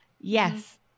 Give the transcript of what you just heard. Yes